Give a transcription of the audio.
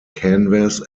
canvas